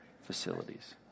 facilities